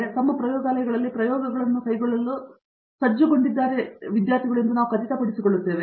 ಆದ್ದರಿಂದ ನಾವು ತಮ್ಮ ಪ್ರಯೋಗಾಲಯಗಳಲ್ಲಿ ಪ್ರಯೋಗಗಳನ್ನು ಕೈಗೊಳ್ಳಲು ಸಜ್ಜುಗೊಂಡಿದ್ದೇವೆ ಎಂದು ನಾವು ಖಚಿತಪಡಿಸಿಕೊಳ್ಳುತ್ತೇವೆ